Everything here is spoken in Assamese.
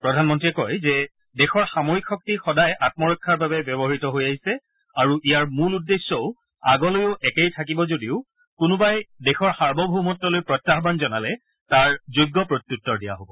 প্ৰধানমন্ত্ৰীয়ে কয় যে দেশৰ সামৰিক শক্তি সদায় আমৰক্ষাৰ বাবে ব্যৱহাত হৈ আহিছে আৰু ইয়াৰ মূল উদ্দেশ্য আগলৈও একেই থাকিব যদিও কোনোবাই দেশৰ সাৰ্বভৌমত্ব লৈ প্ৰত্যাহ্বান জনালে তাৰ যোগ্য প্ৰত্যুত্তৰ দিয়া হ'ব